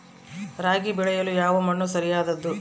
ರಾಗಿ ಬೆಳೆಯಲು ಯಾವ ಮಣ್ಣು ಸರಿಯಾದದ್ದು?